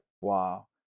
Wow